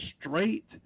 straight